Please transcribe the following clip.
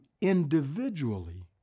individually